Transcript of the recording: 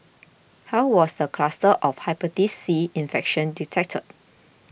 how was the cluster of Hepatitis C infection detected